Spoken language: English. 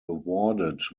awarded